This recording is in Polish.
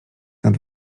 nad